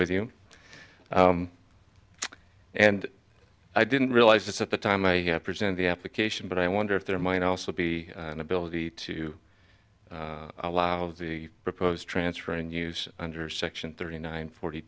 with you and i didn't realize this at the time i presented the application but i wonder if there might also be an ability to allow the proposed transfer in use under section thirty nine forty